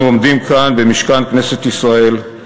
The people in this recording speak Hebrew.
אנחנו עומדים כאן, במשכן כנסת ישראל,